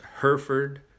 Hereford